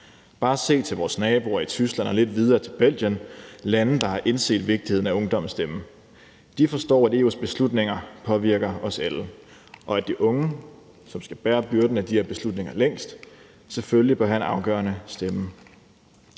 Bare se til vores naboer i Tyskland og lidt videre til Belgien – lande, der har indset vigtigheden af ungdommens stemme. De forstår, at EU's beslutninger påvirker os alle, og at de unge, som skal bære byrden af de her beslutninger længst, selvfølgelig bør have en afgørende stemme.